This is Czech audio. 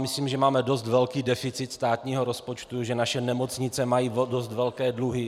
Myslím si, že máme dost velký deficit státního rozpočtu, že naše nemocnice mají dost velké dluhy.